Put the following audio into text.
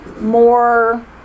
more